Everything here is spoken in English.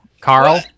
Carl